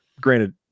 granted